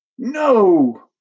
No